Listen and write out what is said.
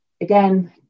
again